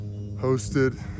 hosted